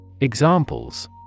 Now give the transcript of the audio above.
Examples